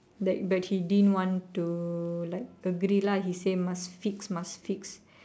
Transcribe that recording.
that but she didn't want to like agree lah he say must fix must fix